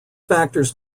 factors